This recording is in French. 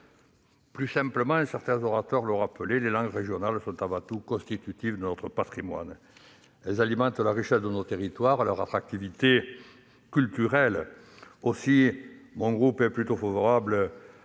Plus simplement, comme certains orateurs l'ont rappelé, les langues régionales sont avant tout constitutives de notre patrimoine. Elles alimentent la richesse de nos territoires, leur attractivité culturelle. Aussi mon groupe est-il plutôt favorable aux